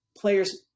players